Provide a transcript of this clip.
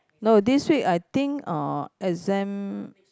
no this week I think uh exam